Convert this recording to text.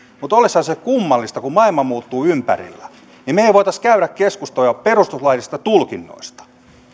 mutta olisihan se kummallista kun maailma muuttuu ympärillä jos me emme voisi käydä keskusteluja perustuslaillisista tulkinnoista